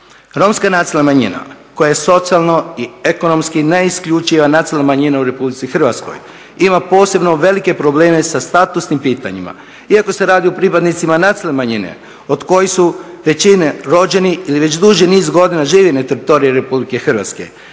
Romska nacionalna manjina koja je socijalno i ekonomski neisključiva nacionalna manjina u Republici Hrvatskoj ima posebno velike probleme sa statusnim pitanjima. Iako se radi o pripadnicima nacionalne manjine od kojih su većine rođeni ili već duži niz godina živi na teritoriju Republike Hrvatske,